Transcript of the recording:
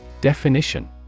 Definition